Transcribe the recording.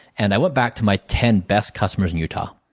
and i went back to my ten best customers in utah.